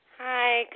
Hi